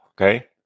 okay